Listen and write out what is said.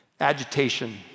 Agitation